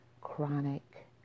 chronic